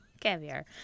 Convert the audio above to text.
Caviar